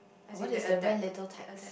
what is the when latest text